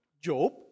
Job